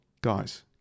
guys